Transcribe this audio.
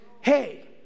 hey